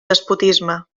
despotisme